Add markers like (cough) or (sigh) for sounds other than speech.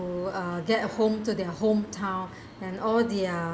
uh get home to their hometown (breath) and all their